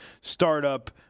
startup